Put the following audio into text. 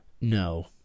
No